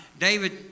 David